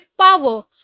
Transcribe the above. power